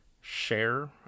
Share